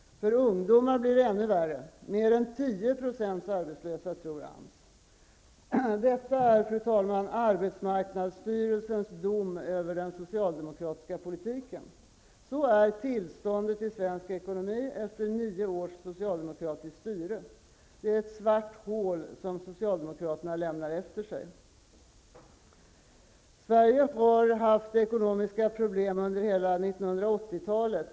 För unga blir det ännu värre -- mer än 10 % arbetslösa enligt AMS bedömning. Detta är, fru talman, arbetsmarknadsstyrelsens dom över den socialdemokratiska politiken. Så är tillståndet i svensk ekonomi efter nio års socialdemokratiskt styre -- det är ett svart hål som socialdemokraterna lämnar efter sig. Sverige har haft ekonomiska problem under hela 1980-talet.